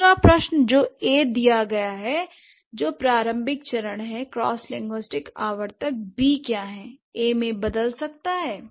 दूसरा प्रश्न जो A दिया गया है जो प्रारंभिक चरण है क्रॉसिंलिंग्विस्टिक आवर्तक B क्या हैं A में बदल सकता है